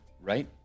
right